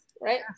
Right